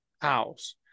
house